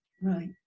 right